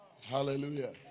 hallelujah